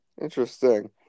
Interesting